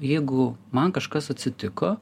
jeigu man kažkas atsitiko